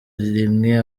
rimwe